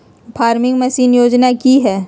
Farming machine योजना कि हैय?